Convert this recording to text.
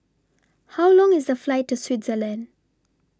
How Long IS The Flight to Switzerland